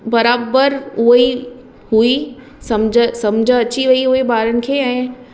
बराबरु उहो ई हुई समुझ समुझ अची वेई ॿारनि खे ऐं